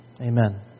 Amen